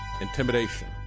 intimidation